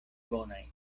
bonaj